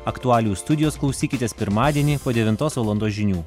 aktualijų studijos klausykitės pirmadienį po devintos valandos žinių